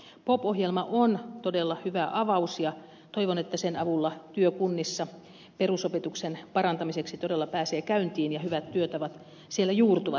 pop ohjelma on todella hyvä avaus ja toivon että sen avulla työ kunnissa perusopetuksen parantamiseksi todella pääsee käyntiin ja hyvät työtavat siellä juurtuvat